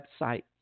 website